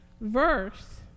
verse